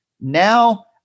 Now